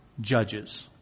judges